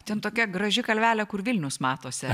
ten tokia graži kalvelė kur vilnius matosi